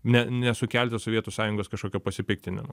ne nesukelti sovietų sąjungos kažkokio pasipiktinimo